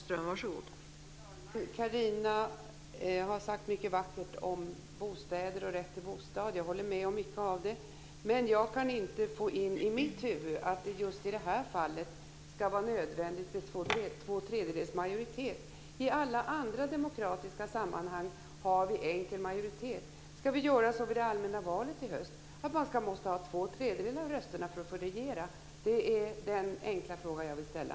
Fru talman! Carina har sagt mycket vackert om bostäder och rätt till bostad. Jag håller med om mycket av det. Men jag kan inte få in i mitt huvud att det just i detta fall ska vara nödvändigt med två tredjedels majoritet. I andra demokratiska sammanhang har vi enkel majoritet. Ska vi göra så vid det allmänna valet i höst att man måste ha två tredjedelar av rösterna för att regera? Det är den enkla fråga jag vill ställa.